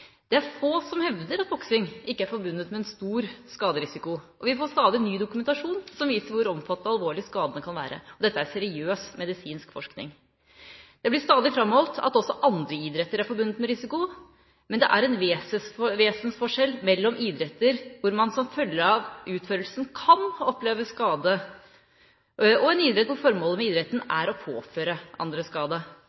Det er få som hevder at boksing ikke er forbundet med en stor skaderisiko. Vi får stadig ny dokumentasjon som viser hvor omfattende og alvorlige skadene kan være. Dette er seriøs medisinsk forskning. Det blir stadig framholdt at også andre idretter er forbundet med risiko, men det er en vesensforskjell mellom idretter hvor man som følge av utførelsen kan oppleve skade, og en idrett hvor formålet med idretten